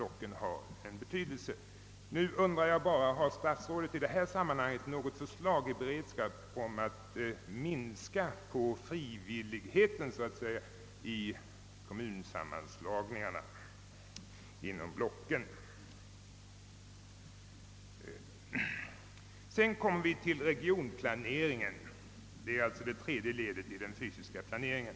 Och nu undrar jag bara: Har statsrådet något förslag i beredskap för att så att säga minska på frivilligheten inom blocken vid kommunsammanslagningar? Härefter kommer jag till regionplaneringen, alltså till det tredje ledet i den fysiska planeringen.